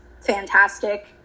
fantastic